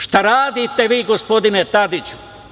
Šta radite vi, gospodine Tadiću?